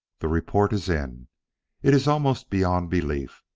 the report is in it is almost beyond belief.